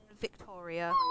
Victoria